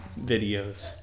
videos